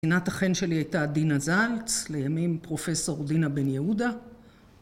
‫מדינת החן שלי הייתה דינה זלץ, ‫לימים פרופ' דינה בן יהודה.